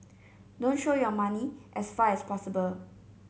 don't show your money as far as possible